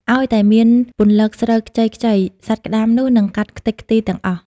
អោយតែមានពន្លកស្រូវខ្ចីៗ សត្វក្ដាមនោះនឹងកាត់ខ្ទេចខ្ទីរទាំងអស់ ។